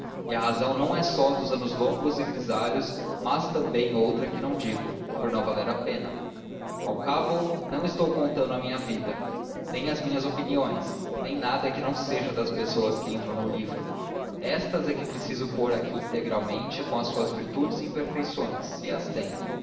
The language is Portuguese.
e a razão não é só dos anos longos e grisalhos mas também outra que não digo por não valer a pena ao cabo não estou contando a minha vida nem as minhas opiniões nem nada que não seja das pessoas que entram no livro estas é que preciso pôr aqui integralmente com as suas virtudes e imperfeições se as têm